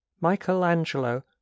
Michelangelo